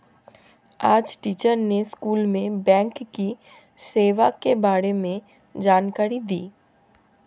आज टीचर ने स्कूल में बैंक की सेवा के बारे में जानकारी दी